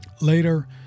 Later